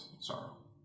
Sorrow